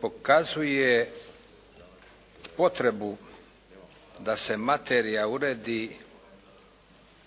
pokazuje potrebu da se materija uredi